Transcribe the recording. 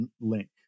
link